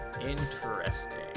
Interesting